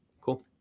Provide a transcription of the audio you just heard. cool